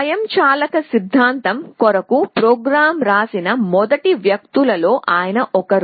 స్వయంచాలక సిద్ధాంతం కొరకు ప్రోగ్రామ్ రాసిన మొదటి వ్యక్తులలో ఆయన ఒకరు